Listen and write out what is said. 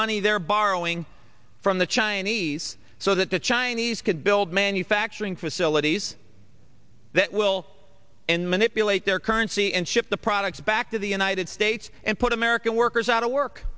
money they're borrowing from the chinese so that the chinese could build manufacturing facilities that will and manipulate their currency and ship the products back to the united states and put american workers out of work